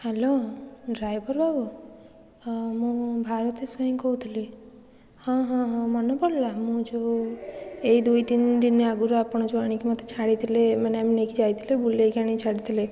hello driver ବାବୁ ହଁ ମୁଁ ଭାରତୀ ସ୍ଵାଇଁ କହୁଥିଲି ହଁ ହଁ ହଁ ମନେପଡ଼ିଲା ମୁଁ ଯେଉଁ ଏଇ ଦୁଇ ତିନ ଦିନ ଆଗରୁ ଆପଣ ଯେଉଁ ଆଣିକି ମୋତେ ଛାଡ଼ିଥିଲେ ମାନେ ଆମେ ନେଇକି ଯାଇଥିଲେ ବୁଲେଇକି ଆଣିକି ଛାଡ଼ିଥିଲେ